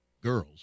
girls